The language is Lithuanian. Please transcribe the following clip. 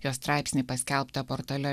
jo straipsnį paskelbtą portale